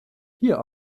here